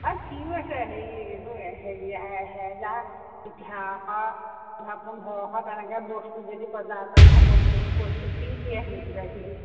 আই ফ্ৰীও আছে হেৰি এইবোৰ হেৰি হেজাৰ এঘাৰশ পোন্ধৰশ তেনেকৈ বস্তু যদি বজাৰতে নহয় বহুত বহুত বস্তু ফ্ৰী দিয়ে হেনো কিবি